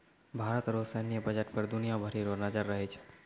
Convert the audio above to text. भारत रो सैन्य बजट पर दुनिया भरी रो नजर रहै छै